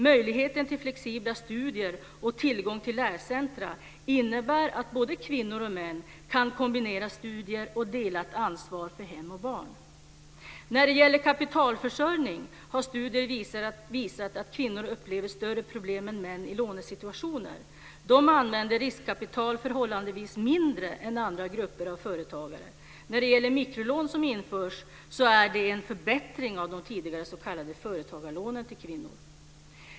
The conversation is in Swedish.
Möjligheten till flexibla studier och tillgång till lärcentrum innebär att både kvinnor och män kan kombinera studier och delat ansvar för hem och barn. · När det gäller kapitalförsörjning har studier visat att kvinnor upplever större problem än män i lånesituationer. De använder riskkapital förhållandevis mindre än andra grupper av företagare. När det gäller mikrolån som införs är det en förbättring av de tidigare s.k. företagarlånen till kvinnor.